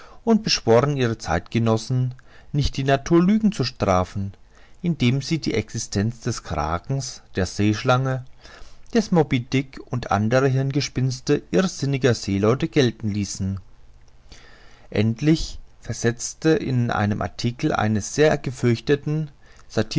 und beschworen ihre zeitgenossen nicht die natur lügen zu strafen indem sie die existenz des kraken der seeschlangen des moby dick und andere hirngespinnste irrsinniger seeleute gelten ließen endlich versetzte in einem artikel eines sehr gefürchteten